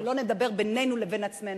כדי שלא נדבר בינינו לבין עצמנו,